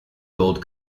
gold